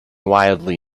wildly